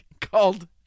called